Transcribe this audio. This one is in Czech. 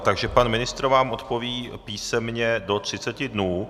Takže pan ministr vám odpoví písemně do třiceti dnů.